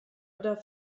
und